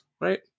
right